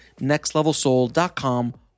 nextlevelsoul.com